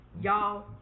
y'all